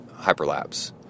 hyperlapse